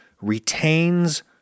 retains